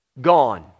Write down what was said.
gone